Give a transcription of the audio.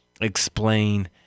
explain